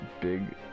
big